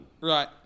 Right